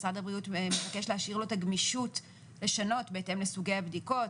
משרד הבריאות מבקש להשאיר לו את הגמישות לשנות בהתאם לסוגי הבדיקות,